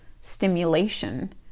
stimulation